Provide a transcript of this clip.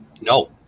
No